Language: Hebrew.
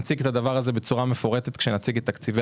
לגבי החשמל